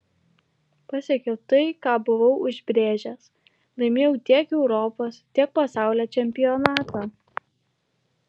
pasiekiau tai ką buvau užsibrėžęs laimėjau tiek europos tiek pasaulio čempionatą